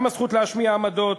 גם הזכות להשמיע עמדות.